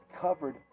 covered